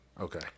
Okay